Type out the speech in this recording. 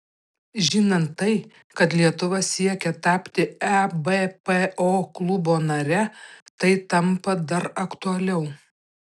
žinant tai kad lietuva siekia tapti ebpo klubo nare tai tampa dar aktualiau